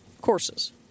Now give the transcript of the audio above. courses